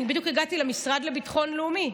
אני בדיוק הגעתי למשרד לביטחון לאומי.